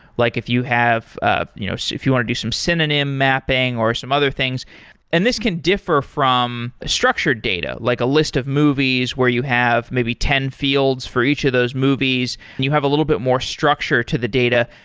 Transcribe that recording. like if you have you know if you want to do some synonym mapping, or some other things and this can differ from structured data, like a list of movies where you have maybe ten fields for each of those movies and you have a little bit more structure to the data.